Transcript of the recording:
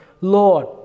Lord